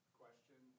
question